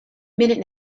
minute